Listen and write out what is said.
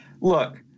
Look